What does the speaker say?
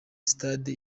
stade